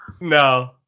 No